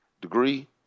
degree